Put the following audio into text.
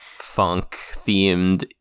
funk-themed